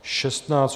16.